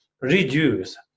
reduce